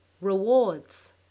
Rewards